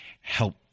help